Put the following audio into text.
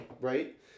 Right